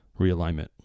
realignment